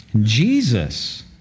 Jesus